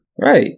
Right